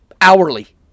hourly